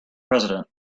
president